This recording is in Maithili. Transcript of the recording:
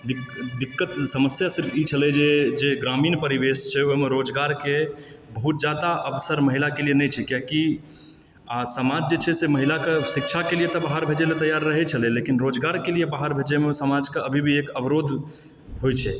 दिक्क दिक्कत समस्या सिर्फ ई छलह जे जे ग्रामीण परिवेश छै ओहिमे रोजगारके बहुत जादा अवसर महिला के लिए नहि छै किआकि आ समाज जे छै से महिलाके शिक्षाके लिए तऽ बाहर भेजय लऽ तैयार रहैत छलय लेकिन रोजगारके लिए बाहर भेजयमे समाजके अभी भी एक अवरोध होइत छै